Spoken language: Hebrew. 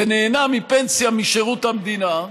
ונהנה מפנסיה משירות המדינה,